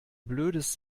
blödes